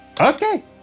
Okay